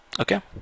okay